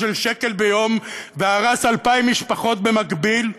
של שקל ביום והרס 2,000 משפחות במקביל,